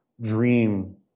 dream